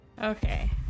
Okay